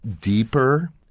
deeper